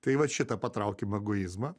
tai vat šitą patraukim egoizmą